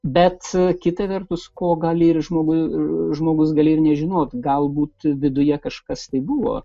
bet kita vertus ko gali ir žmogui žmogus gali ir nežinot galbūt viduje kažkas tai buvo